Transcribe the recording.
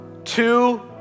Two